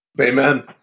Amen